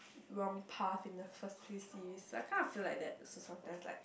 wrong path in the first few series I kind of feel like that so sometimes like